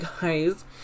guys